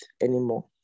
anymore